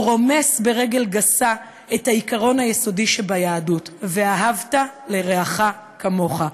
הוא רומס ברגל גסה את העיקרון היסודי שביהדות: "ואהבת לרעך כמוך",